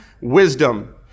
wisdom